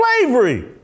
slavery